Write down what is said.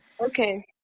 Okay